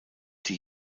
die